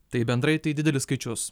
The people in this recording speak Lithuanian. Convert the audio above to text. tai bendrai tai didelis skaičius